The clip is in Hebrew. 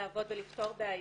לעבוד ולפתור בעיות,